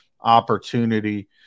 opportunity